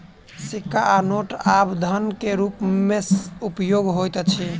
सिक्का आ नोट आब धन के रूप में उपयोग होइत अछि